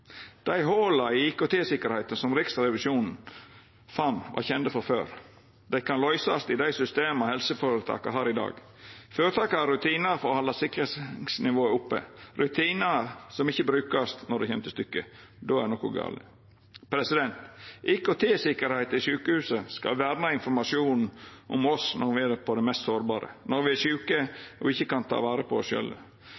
Dei hola i IKT-sikkerheita som Riksrevisjonen fann, var kjende frå før. Dei kan løysast i dei systema helseføretaka har i dag. Føretaka har rutinar for å halda sikringsnivået oppe – rutinar som ikkje vert brukte når det kjem til stykket. Då er noko gale. IKT-sikkerheita i sjukehusa skal verna informasjonen om oss når me er på det mest sårbare, når me er sjuke